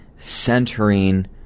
Centering